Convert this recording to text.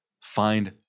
find